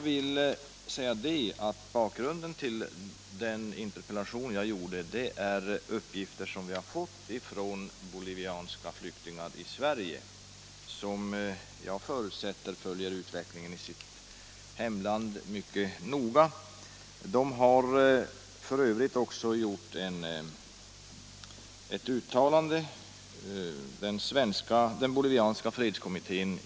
Jag framställde min interpellation med anledning av uppgifter som jag hade fått från bolivianska flyktingar i Sverige, vilka jag förutsätter mycket noga följer utvecklingen i sitt hemland. Den bolivianska fredskommitténs svenska sektion har f.ö.